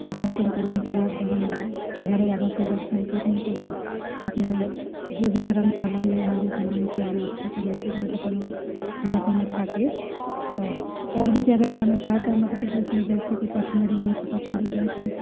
और दर्शन करने के बाद वहाँ भैरव बाबा के दर्शन करने के बाद अपना जो भी धरमशाला में या होटल में चाय नश्ता करने के बाद अपना खाना पीना खा के और और भी जगह जाना चाहता है मध्य प्रदेश में जैसे कि पचमढ़ी है तो पचमढ़ी पहुँचो